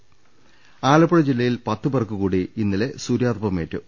രദ്ദേഷ്ടങ ആലപ്പുഴ ജില്ലയിൽ പത്തുപേർക്ക്കൂടി ഇന്നലെ സൂര്യാതപമേറ്റു